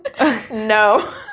no